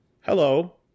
hello